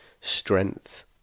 strength